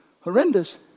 horrendous